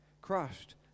crushed